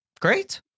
great